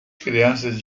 crianças